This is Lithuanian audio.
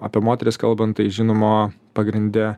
apie moteris kalbant tai žinoma pagrinde